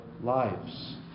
lives